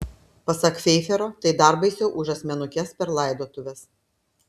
pasak feifero tai dar baisiau už asmenukes per laidotuves